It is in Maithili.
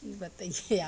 कि बतैए आब